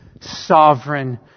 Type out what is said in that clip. sovereign